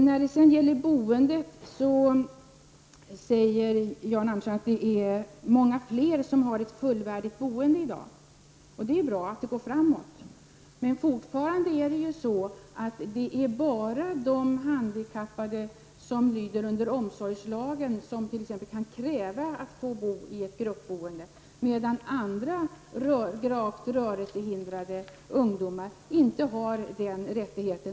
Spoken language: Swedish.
När det gäller boendet säger Jan Andersson att det i dag är många fler som har ett fullvärdigt boende. Det är bra att det går framåt. Men det är fortfarande de handikappade vilkas omsorg lyder under omsorgslagen som kan kräva att t.ex. få bo i ett gruppboende medan andra gravt rörelsehindrade ungdomar inte har den rättigheten.